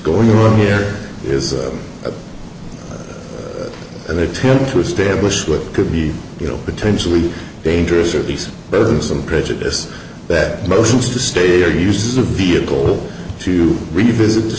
going room here is an attempt to establish what could be you know potentially dangerous or these burdensome prejudice that motions to stay or use a vehicle to revisit the